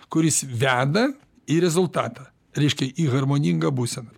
kuris veda į rezultatą reiškia į harmoningą būseną